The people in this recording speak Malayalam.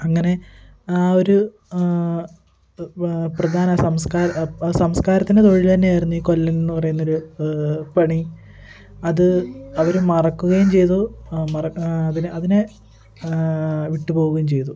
അങ്ങനെ ആ ഒര് പ്രധാന സംസ്കാര ആ സംസ്കാരത്തിൻ്റെ തൊഴിൽ തന്നെയായിരുന്ന ഈ കൊല്ലൻ എന്ന് പറയുന്നൊരു പണി അത് അവര് മറക്കുകയും ചെയ്തു അതിനെ അതിനെ വിട്ട് പോകുകയും ചെയ്തു